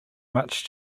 much